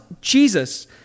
Jesus